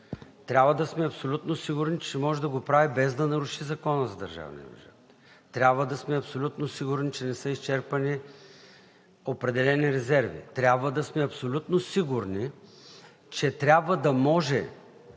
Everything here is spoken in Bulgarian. Трябва да сме абсолютно сигурни, че ще може да го прави, без да наруши Закона за държавния бюджет. Трябва да сме абсолютно сигурни, че не са изчерпани определени резерви. Трябва да сме абсолютно сигурни, че трябва да може